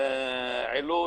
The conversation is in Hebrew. עילוט,